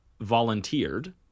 volunteered